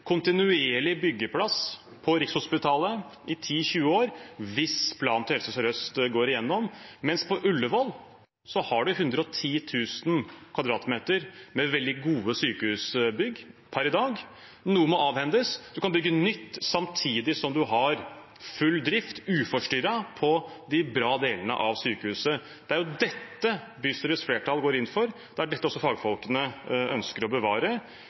kontinuerlig byggeplass på Rikshospitalet i 10–20 år hvis planen til Helse Sør-Øst går igjennom, mens på Ullevål har de 110 000 m² med veldig gode sykehusbygg per i dag. Noe må avhendes, man kan bygge nytt samtidig som man har full drift – uforstyrret – på de bra delene av sykehuset. Det er dette bystyrets flertall går inn for, og det er dette også fagfolkene ønsker å bevare.